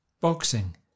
Boxing